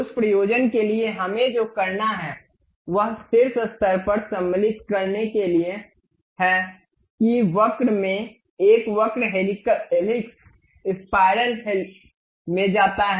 उस प्रयोजन के लिए हमें जो करना है वह शीर्ष स्तर पर सम्मिलित करने के लिए है कि वक्र में एक वक्र हैलिक्स स्पाइरल में जाता है